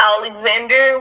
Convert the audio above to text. Alexander